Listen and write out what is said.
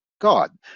God